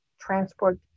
transport